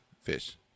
fish